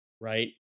right